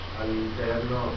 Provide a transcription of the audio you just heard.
all'interno